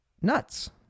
nuts